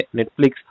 Netflix